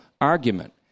argument